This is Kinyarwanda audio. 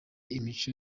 imico